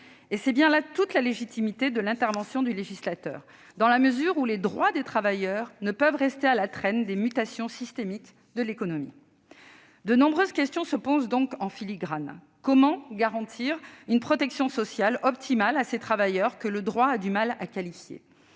Et c'est bien là toute la légitimité de l'intervention du législateur, dans la mesure où les droits des travailleurs ne peuvent pas rester à la traîne des mutations systémiques de l'économie. De nombreuses questions se posent donc en filigrane. Comment garantir une protection sociale optimale à ces travailleurs que le droit a du mal à qualifier ?